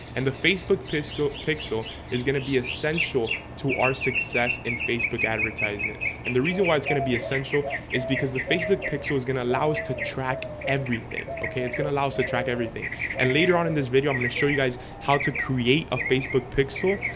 and the facebook pistil pixel is gonna be essential to our success in facebook advertisement and the reason why it's gonna be essential is because the facebook pixel is gonna allow us to track everything okay, it's gonna allow us to track everything and later on in this video i'm going to show you guys how to create a facebook pixel,